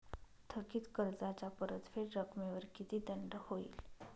थकीत कर्जाच्या परतफेड रकमेवर किती दंड होईल?